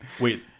wait